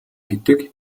гэдэг